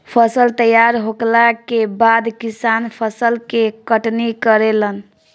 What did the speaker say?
फसल तैयार होखला के बाद किसान फसल के कटनी करेलन